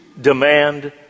demand